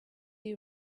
you